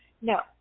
No